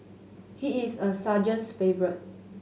he is a sergeant's favourite